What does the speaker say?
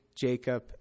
Jacob